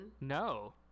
No